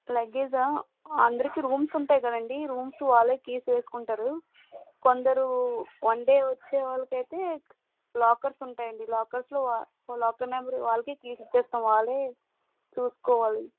లగేజా అందరికీ రూమ్స్ ఉంటాయ్ కదండి రూమ్స్ వాళ్ళే కీస్ వేసుకుంటారు కొందరు వన్ డే వచ్చేవాలకైతే లాకర్స్ ఉంటాయండి లాకర్స్లో వా లాకర్ నెంబరు వాళ్ళకే కీస్ ఇచ్చేస్తాము వాళ్ళే చూస్కోవాలి